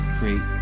great